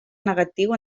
negatiu